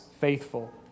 faithful